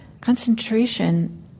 concentration